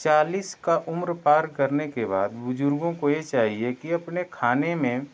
चालीस का उम्र पार करने के बाद बुजुर्गों को यह चाहिए कि अपने खाने में